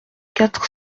quatre